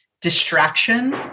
distraction